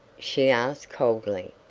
she asked coldly.